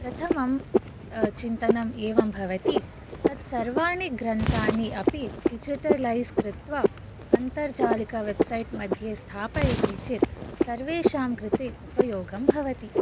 प्रथमं चिन्तनम् एवं भवति तत् सर्वाणि ग्रन्थानि अपि डिजिटलैस् कृत्वा अन्तर्जालिक वेब् सैट् मध्ये स्थापयति चेत् सर्वेषां कृते उपयोगं भवति